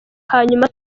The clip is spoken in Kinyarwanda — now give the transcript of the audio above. hanyuma